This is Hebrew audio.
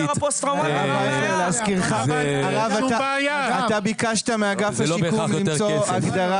זה לא בהכרח יותר כסף.